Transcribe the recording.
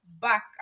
back